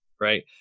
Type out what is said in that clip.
Right